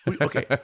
Okay